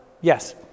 Yes